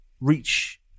reach